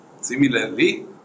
similarly